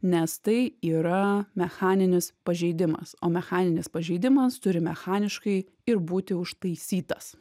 nes tai yra mechaninis pažeidimas o mechaninis pažeidimas turi mechaniškai ir būti užtaisytas